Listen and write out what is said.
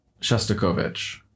Shostakovich